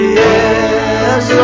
yes